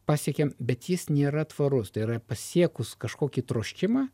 pasiekiam bet jis nėra tvarus tai yra pasiekus kažkokį troškimą